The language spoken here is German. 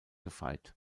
gefeit